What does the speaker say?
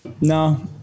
no